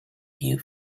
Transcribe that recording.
few